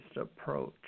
approach